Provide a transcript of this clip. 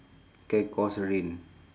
can cause rain